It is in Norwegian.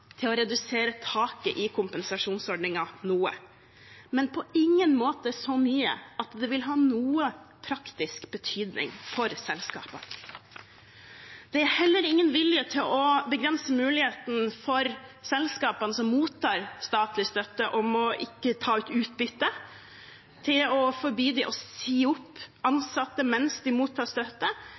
til å redusere taket i kompensasjonsordningen noe, men på ingen måte så mye at det vil ha noen praktisk betydning for selskapene. Det er heller ingen vilje til å begrense muligheten til å ta ut utbytte for selskapene som mottar statlig støtte, til å forby dem å si opp ansatte mens de mottar støtte,